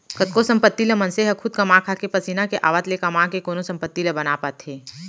कतको संपत्ति ल मनसे मन ह खुद कमा खाके पसीना के आवत ले कमा के कोनो संपत्ति ला बना पाथे